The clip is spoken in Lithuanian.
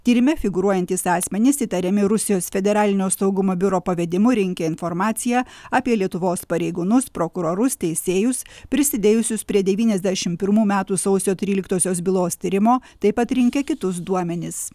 tyrime figūruojantys asmenys įtariami rusijos federalinio saugumo biuro pavedimu rinkę informaciją apie lietuvos pareigūnus prokurorus teisėjus prisidėjusius prie devyniasdešim pirmų metų sausio tryliktosios bylos tyrimo taip pat rinkę kitus duomenis